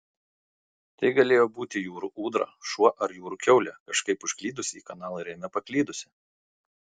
tai galėjo būti jūrų ūdra šuo ar jūrų kiaulė kažkaip užklydusi į kanalą ir jame paklydusi